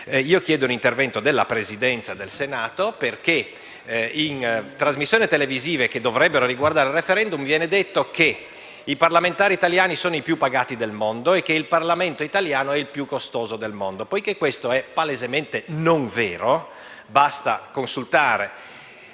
- chiedo l'intervento della Presidenza del Senato, perché in trasmissioni televisive, che dovrebbero riguardare il *referendum* costituzionale, viene detto che i parlamentari italiani sono i più pagati del mondo e che il Parlamento italiano è il più costoso del mondo. Questo è palesemente non vero: basta consultare